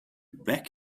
back